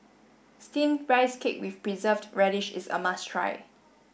steam rice cake with preserved radish is a must try